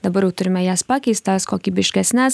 dabar jau turime jas pakeistas kokybiškesnes